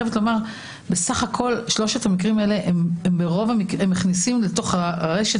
בסך הכול שלושת המקרים האלה מכניסים לרשת